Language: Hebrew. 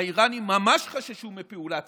האיראנים ממש חששו מפעולה צבאית.